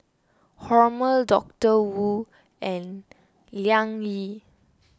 Hormel Doctor Wu and Liang Yi